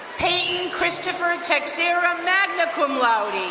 payton christopher texiera, magna cum laude.